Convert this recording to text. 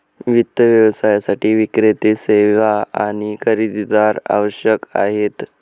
वित्त व्यवसायासाठी विक्रेते, सेवा आणि खरेदीदार आवश्यक आहेत